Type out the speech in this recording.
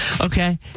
Okay